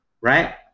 right